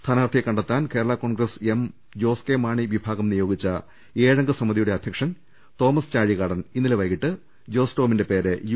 സ്ഥാനാർത്ഥിയെ കണ്ടെത്താൻ Kerala Congress M Jose K Mani വിഭാഗം നിയോഗിച്ച ഏഴംഗ സമിതിയുടെ അധ്യക്ഷൻ തോമസ് ചാഴികാ ടൻ ഇന്നലെ വൈകീട്ട് ജോസ് ടോമിന്റെ പേര് യു